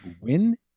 win